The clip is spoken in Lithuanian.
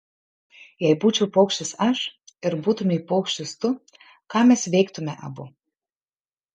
jei būčiau paukštis aš ir būtumei paukštis tu ką mes veiktumėme abu